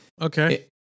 Okay